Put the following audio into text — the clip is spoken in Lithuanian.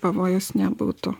pavojaus nebūtų